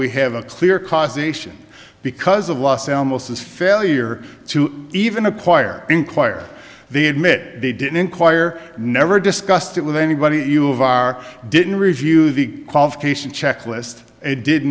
we have a clear causation because of los alamos this failure even acquire inquire they admit they didn't inquire never discussed it with anybody you have are didn't review the qualification checklist a did